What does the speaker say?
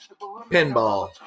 pinball